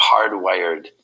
hardwired